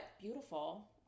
Beautiful